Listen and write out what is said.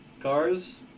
cars